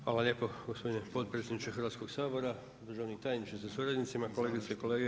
Hvala lijepo gospodine potpredsjedniče Hrvatskoga sabora, državni tajniče sa suradnicima, kolegice i kolege.